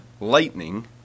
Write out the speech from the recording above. lightning